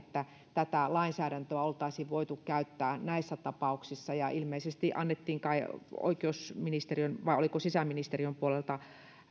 tätä lainsäädäntöä oltaisiin voitu käyttää näissä tapauksissa ja ilmeisesti annettiin kai oikeusministeriön vai oliko sisäministeriön puolelta